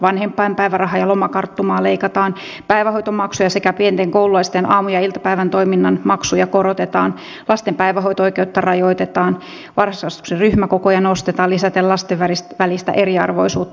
vanhempainpäivärahaa ja lomakarttumaa leikataan päivähoitomaksuja sekä pienten koululaisten aamu ja iltapäivätoiminnan maksuja korotetaan lasten päivähoito oikeutta rajoitetaan varhaiskasvatuksen ryhmäkokoja nostetaan lisäten lasten välistä eriarvoisuutta